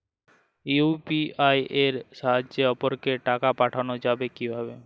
UPI এর সাহায্যে অপরকে টাকা পাঠানো যাবে কিভাবে?